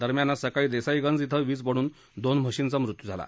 दरम्यान आज सकाळी देसाईगंज क्वि वीज पडून दोन म्हशींचा मृत्यू झाला